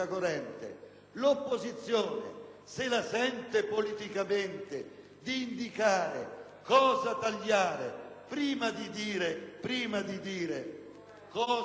l'opposizione se la sente politicamente di indicare cosa tagliare, prima di dire cosa dare?